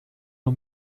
nur